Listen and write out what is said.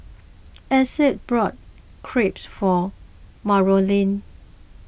Essex bought Crepe for Marolyn